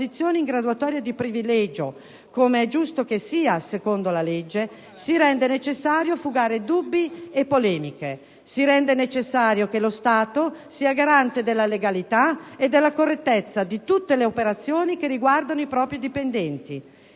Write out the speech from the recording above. posizioni in graduatoria di privilegio, come è giusto che sia secondo la legge, si rende necessario fugare dubbi e polemiche; si rende necessario che lo Stato sia garante della legalità e della correttezza di tutte le operazioni che riguardano i propri dipendenti.